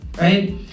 right